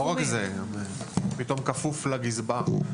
לא רק זה, הוא פתאום כפוף לגזבר.